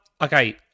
okay